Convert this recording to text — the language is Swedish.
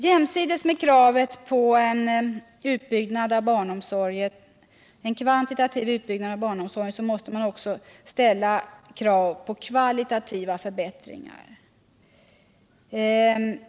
Jämsides med kravet på en kvantitativ utbyggnad av barnomsorgen måste man ställa krav på kvalitativa förbättringar.